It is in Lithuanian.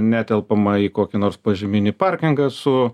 netelpama į kokį nors požeminį parkingą su